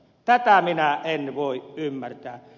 tätä minä en voi ymmärtää